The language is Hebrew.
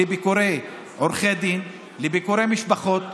לביקורי עורכי דין, לביקורי משפחות?